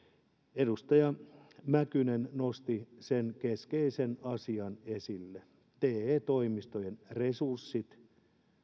edustaja mäkynen nosti sen keskeisen asian esille te toimistojen resurssit